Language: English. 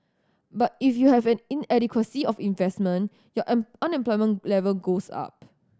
but if you have an inadequacy of investment unemployment level goes up